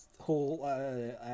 whole